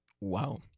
Wow